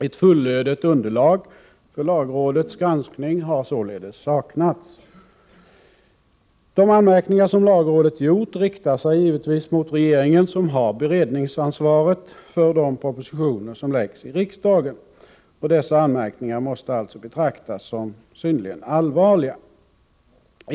Ett fullödigt underlag för lagrådets granskning har således saknats. De anmärkningar som lagrådet gjort riktar sig givetvis mot regeringen, som har beredningsansvaret för de propositioner som läggs fram iriksdagen. Dessa anmärkningar måste betraktas som synnerligen allvarliga.